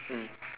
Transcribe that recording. mm